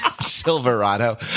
Silverado